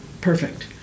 perfect